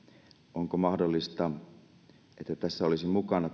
onko mahdollista että tässä olisi mukana